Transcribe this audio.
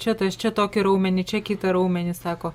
čia tas čia tokį raumenį čia kitą raumenį sako